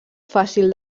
fàcil